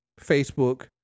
Facebook